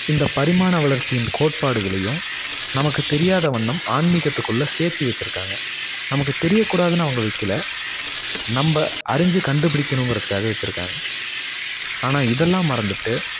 இந்த பரிமாண வளர்ச்சியின் கோட்பாடுகளையும் நமக்கு தெரியாத வண்ணம் ஆன்மீகத்துக்குள்ள சேர்த்தி வச்சிருக்காங்க நமக்கு தெரியக்கூடாதுன்னு அவங்க வைக்கல நம்ம அறிஞ்சு கண்டுபிடிக்கணுங்குறதுக்காக வச்சிருக்காங்க ஆனால் இதெல்லாம் மறந்துவிட்டு